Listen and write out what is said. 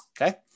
okay